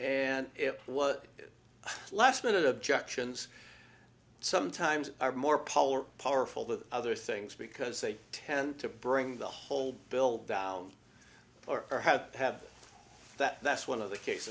and it was last minute objections sometimes are more polar powerful the other things because they tend to bring the whole bill down or have to have that that's one of the case